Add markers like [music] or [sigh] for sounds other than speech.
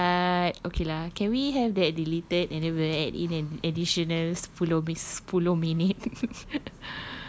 [noise] what okay lah can we have that deleted then we add in additional sepuluh mis~ sepuluh minit [laughs]